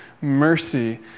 mercy